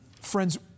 Friends